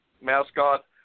mascot